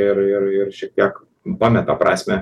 ir ir ir šiek tiek pameta prasmę